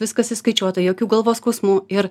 viskas įskaičiuota jokių galvos skausmų ir